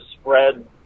spread